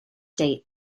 date